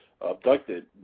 abducted